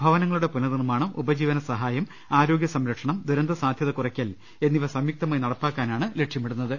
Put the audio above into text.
ഭവനങ്ങളുടെ പുനർനിർമ്മാ ണം ഉപജീവന സഹായം ആരോഗ്യ സംരക്ഷണം ദുരന്ത സാധ്യത കുറയ്ക്കൽ എന്നിവ സംയുക്തമായി നടപ്പാക്കാനാണ് ലക്ഷ്യമിടു ന്നത്